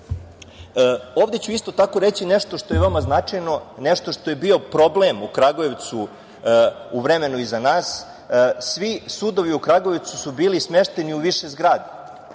ću isto tako reći nešto što je veoma značajno, nešto što je bio problem u Kragujevcu u vremenu iza nas. Svi sudovi u Kragujevcu su bili smešteni u više zgrada,